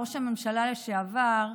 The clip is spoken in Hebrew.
ראש הממשלה לשעבר,